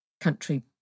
country